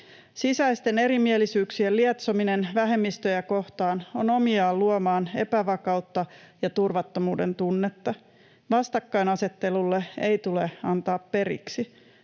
Sisäisten erimielisyyksien lietsominen vähemmistöjä kohtaan on omiaan luomaan epävakautta ja turvattomuuden tunnetta. Vastakkainasettelulle ei tule antaa periksi.